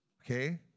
Okay